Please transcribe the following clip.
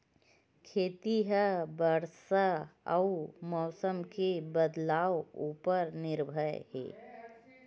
खेती हा बरसा अउ मौसम के बदलाव उपर निर्भर हे